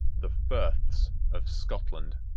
the friths of scotland.